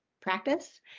practice